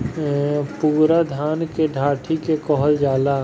पुअरा धान के डाठी के कहल जाला